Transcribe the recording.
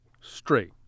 straight